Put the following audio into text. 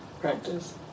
practice